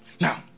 Now